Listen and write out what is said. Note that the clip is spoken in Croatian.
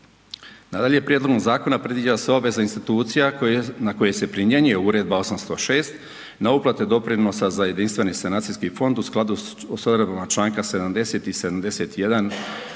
Nadalje, prijedlogom zakona predviđa se obveza institucija na koje se primjenjuje Uredba 806 na uplate doprinosa za jedinstveni sanacijski fond u skladu s odredbama Članka 70. i 71.